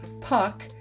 Puck